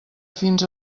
fins